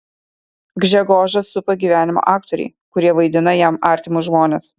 gžegožą supa gyvenimo aktoriai kurie vaidina jam artimus žmones